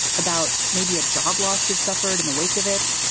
about maybe a job loss you've suffered in the wake of it.